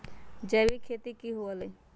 जैविक खेती की हुआ लाई?